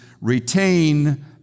retain